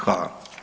Hvala.